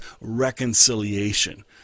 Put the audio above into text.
reconciliation